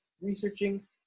researching